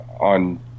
on